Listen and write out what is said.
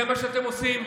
זה מה שאתם עושים.